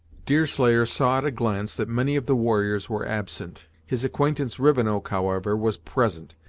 deerslayer saw at a glance that many of the warriors were absent. his acquaintance rivenoak, however, was present,